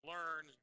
Learn